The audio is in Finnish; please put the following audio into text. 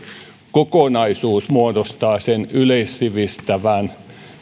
kokonaisuus muodostaa sen yleissivistävän